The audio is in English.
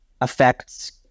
affects